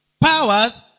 powers